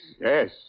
yes